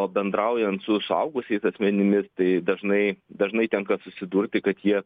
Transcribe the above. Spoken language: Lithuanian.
o bendraujant su suaugusiais asmenimis tai dažnai dažnai tenka susidurti kad jie